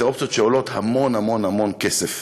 הן אופציות שעולות המון המון המון כסף,